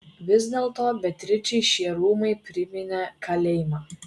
vis dėlto beatričei šie rūmai priminė kalėjimą